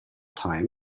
time